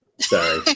Sorry